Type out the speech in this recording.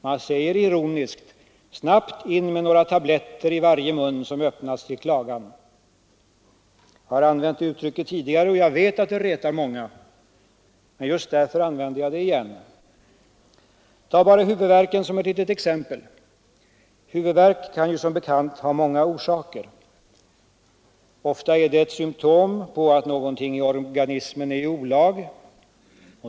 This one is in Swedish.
Man säger ironiskt: Snabbt in med några tabletter i varje mun som öppnas till klagan! Jag har använt det uttrycket tidigare, och jag vet att det retar många. Men just därför använder jag det igen. Ta bara huvudvärken som ett litet exempel. Huvudvärk kan som bekant ha många orsaker. Ofta är den ett symtom på att någonting i organismen är i olag.